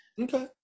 Okay